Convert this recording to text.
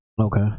okay